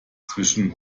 zwischen